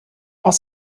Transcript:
aus